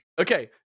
okay